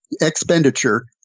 expenditure